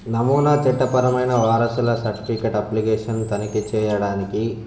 నమూనా చట్టపరమైన వారసుల సర్టిఫికెట్ అప్లికేషన్ తనిఖీ చేయడానికి